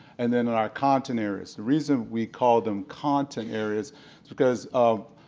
and then in our content areas. the reason we call them content areas is because of,